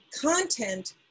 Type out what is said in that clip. content